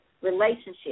relationship